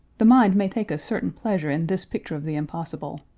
the mind may take a certain pleasure in this picture of the impossible.